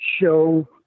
show